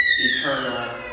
eternal